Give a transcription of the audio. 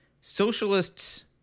socialists